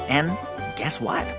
and guess what?